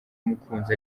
umukunzi